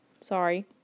Sorry